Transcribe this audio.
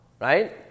Right